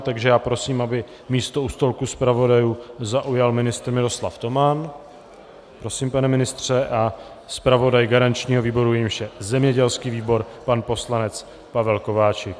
Takže já prosím, aby místo u stolku zpravodajů zaujal ministr Miroslav Toman prosím, pane ministře a zpravodaj garančního výboru, jímž je zemědělský výbor, pan poslanec Pavel Kováčik.